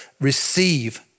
receive